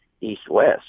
east-west